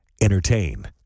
Entertain